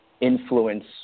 Influence